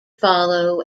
follow